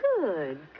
Good